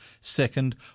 Second